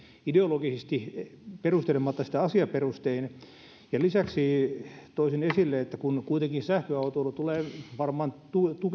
ideologisesti perustelematta sitä asiaperustein lisäksi toisin esille että kun kuitenkin sähköautoilu tulee varmaan